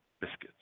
biscuits